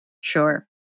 Sure